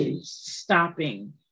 stopping